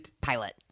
pilot